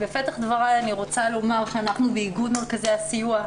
בפתח דבריי אני רוצה לומר שאנחנו באיגוד מרכזי הסיוע,